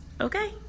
okay